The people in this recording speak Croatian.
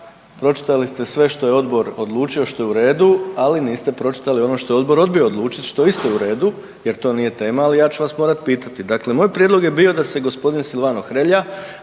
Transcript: Hvala.